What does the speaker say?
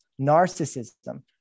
narcissism